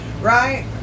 Right